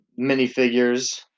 minifigures